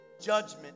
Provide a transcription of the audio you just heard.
judgment